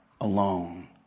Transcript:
alone